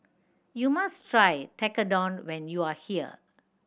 you must try Tekkadon when you are here